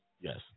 yes